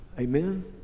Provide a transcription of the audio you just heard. Amen